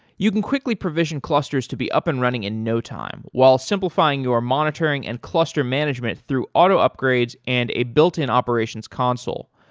you can quickly provision clusters to be up and running in no time while simplifying your monitoring and cluster management through auto upgrades and a built-in operations console.